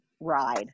ride